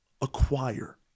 acquire